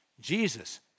Jesus